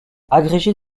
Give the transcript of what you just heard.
agrégée